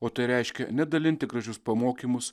o tai reiškia nedalinti gražius pamokymus